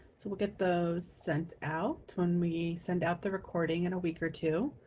so we'll get those sent out when we send out the recording in a week or two.